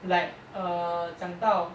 like err 讲到